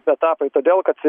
etapai todėl kad